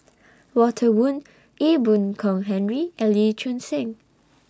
Walter Woon Ee Boon Kong Henry and Lee Choon Seng